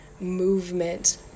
movement